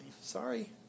Sorry